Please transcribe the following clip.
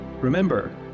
Remember